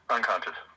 Unconscious